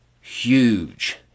Huge